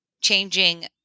changing